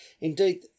Indeed